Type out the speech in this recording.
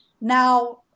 now